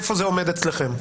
איפה זה עומד אצלכם?